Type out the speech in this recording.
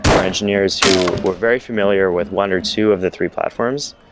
or engineers who were very familiar with one or two of the three platforms,